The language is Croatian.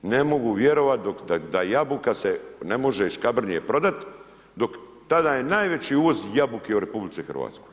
Ne mogu vjerovat da jabuka se ne može iz Škrabinje prodat, dok tada je najveći uvoz jabuke u RH.